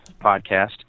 podcast